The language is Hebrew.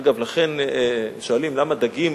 אגב, לכן שואלים, למה דגים,